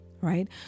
right